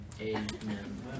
Amen